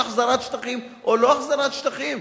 של החזרת שטחים או לא החזרת שטחים,